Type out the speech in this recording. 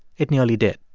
it nearly did.